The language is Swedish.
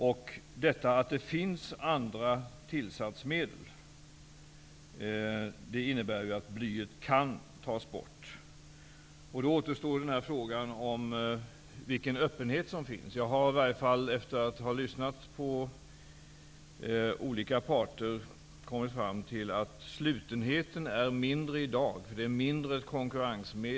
Det faktum att det finns andra tillsatsmedel innebär att blyet kan tas bort. Då återstår frågan vilken öppenhet som finns. Efter att ha lyssnat på olika parter har i varje fall jag kommit fram till att slutenheten i dag är mindre.